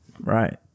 Right